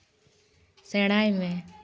ᱥᱮᱬᱟᱭ ᱢᱮ